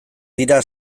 dira